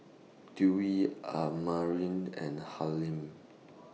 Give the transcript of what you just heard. Dewi Amrin and